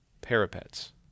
parapets